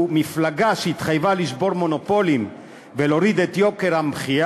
או מפלגה שהתחייבה לשבור מונופולים ולהוריד את יוקר המחיה